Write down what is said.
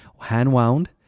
hand-wound